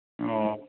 اور